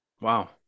Wow